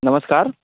नमस्कार